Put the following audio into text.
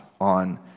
on